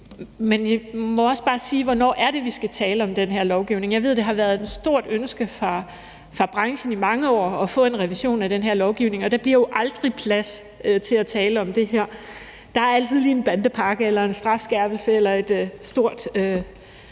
Men vi må også bare sige: Hvornår er det, vi skal tale om den her lovgivning? Jeg ved, det har været et stort ønske fra branchen i mange år at få en revision af den her lovgivning, og der bliver jo aldrig plads til at tale om det her. Der er altid lige en bandepakke eller en strafskærpelse eller et stort